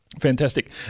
Fantastic